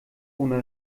ohne